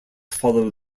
follow